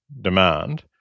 demand